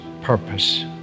purpose